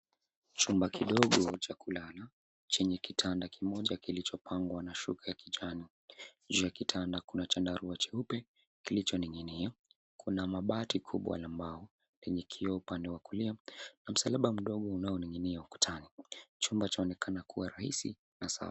Chumba kidogo cha kulala chenye kitanda kimoja kilichapangwa na shuka kichwani. Juu ya kitanda kuna chandarua cheupe kilichoning'inia. Kuna mabati kubwa la mbao lenye kioo upande wa kulia na msalaba mdogo unaoning'inia ukutani. Chumba chaonekana kuwa rahisi na safi.